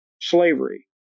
slavery